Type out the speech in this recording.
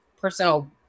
personal